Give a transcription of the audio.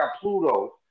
Pluto